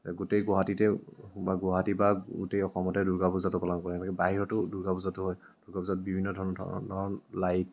গোটেই গুৱাহাটীতে বা গুৱাহাটী বা গোটেই অসমতে দুৰ্গা পূজাটো পালন কৰে এনেকৈ বাহিৰতো দুৰ্গা পূজাটো হয় পূজাত বিভিন্ন ধ ধৰণৰ লাইট